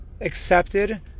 accepted